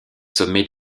sommets